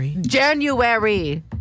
January